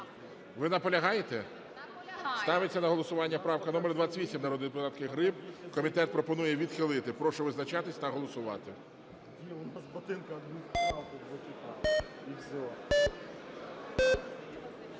колеги, ставиться на голосування правка номер 32 народного депутата Кучеренка. Комітет пропонує відхилити. Прошу визначатись та голосувати.